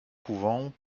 couvent